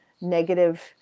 negative